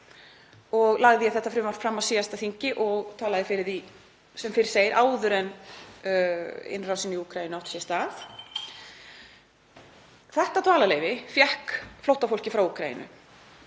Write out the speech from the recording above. og lagði ég þetta frumvarp fram á síðasta þingi og talaði fyrir því sem fyrr segir áður en innrásin í Úkraínu átti sér stað. Þetta dvalarleyfi fékk flóttafólkið frá Úkraínu.